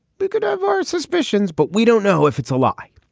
we could have our suspicions but we don't know if it's a lie.